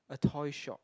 a toy shop